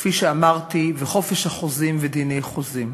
כפי שאמרתי, וחופש החוזים ודיני החוזים.